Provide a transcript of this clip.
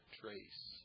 trace